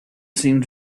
seemed